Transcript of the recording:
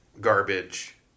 garbage